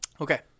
Okay